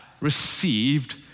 received